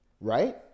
right